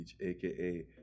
aka